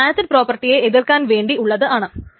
ഇത് ആസിഡ് പ്രോപ്പർട്ടിയെ എതിർക്കാൻ വേണ്ടി ഉള്ളത് ആണ്